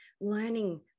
learning